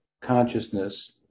consciousness